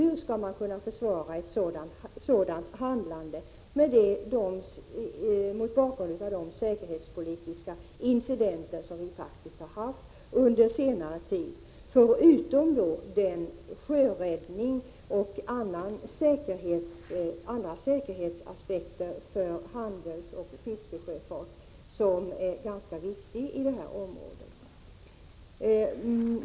Hur skall man kunna försvara ett sådant handlande mot bakgrund av de säkerhetspolitiska incidenter som faktiskt har inträffat under senare tid och mot bakgrund av den sjöräddningsverksamhet och annan sjösäkerhetsverksamhet som bedrivs för handelsoch fiskesjöfarten, som är viktig i det här området?